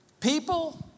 People